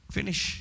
Finish